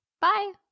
Bye